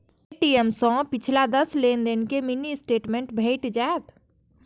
ATM सं पिछला दस लेनदेन के मिनी स्टेटमेंट भेटि जायत